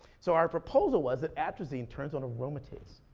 so our proposal was that atrazine turns on aromatase.